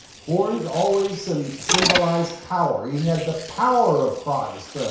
horns always and symbolize power, he had the power of christ,